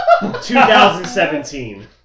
2017